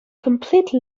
complete